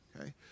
Okay